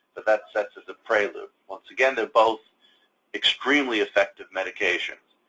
but that sets us a prelude. once again, they're both extremely effective medications.